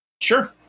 Sure